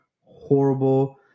horrible